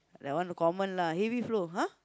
the one common lah heavy flow !huh!